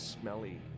smelly